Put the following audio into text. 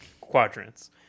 Quadrants